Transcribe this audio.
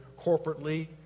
corporately